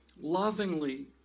lovingly